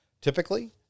typically